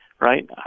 right